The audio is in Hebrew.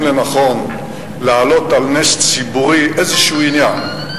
לנכון להעלות על נס ציבורי איזשהו עניין,